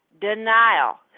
Denial